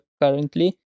currently